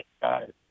guys